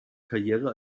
karriere